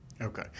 Okay